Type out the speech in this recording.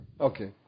Okay